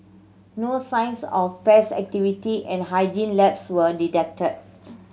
no signs of pest activity and hygiene lapses were detected